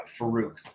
Farouk